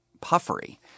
puffery